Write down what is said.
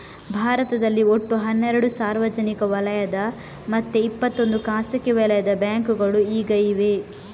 ಭಾರತದಲ್ಲಿ ಒಟ್ಟು ಹನ್ನೆರಡು ಸಾರ್ವಜನಿಕ ವಲಯದ ಮತ್ತೆ ಇಪ್ಪತ್ತೊಂದು ಖಾಸಗಿ ವಲಯದ ಬ್ಯಾಂಕುಗಳು ಈಗ ಇವೆ